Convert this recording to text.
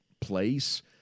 place